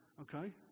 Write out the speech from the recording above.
Okay